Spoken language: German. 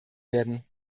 werden